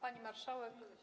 Pani Marszałek!